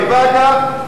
בבאקה,